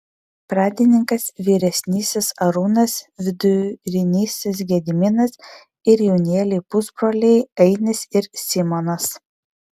pradininkas vyresnysis arūnas vidurinysis gediminas ir jaunėliai pusbroliai ainis ir simonas